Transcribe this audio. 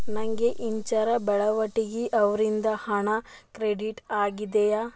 ನನಗೆ ಇಂಚರ ಬೆಳವಟಿಗಿ ಅವರಿಂದ ಹಣ ಕ್ರೆಡಿಟ್ ಆಗಿದೆಯ